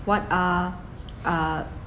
what are uh